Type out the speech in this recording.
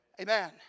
Amen